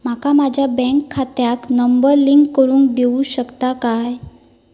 माका माझ्या बँक खात्याक नंबर लिंक करून देऊ शकता काय?